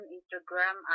Instagram